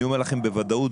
אני אומר לכם בוודאות,